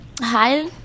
Hi